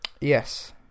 Yes